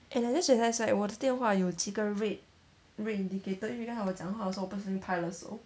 and I just realised right 我的电话有几个 red red indicator 因为刚才我讲话的时候不小心拍了手